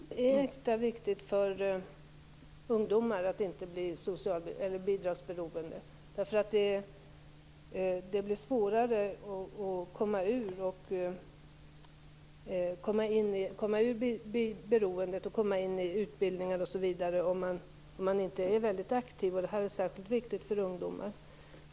Fru talman! Det är extra viktigt för ungdomar att inte bli bidragsberoende. Det blir svårare att komma ur beroendet och komma in i utbildningar osv. om man inte är väldigt aktiv. Det är särskilt viktigt för ungdomar.